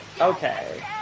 okay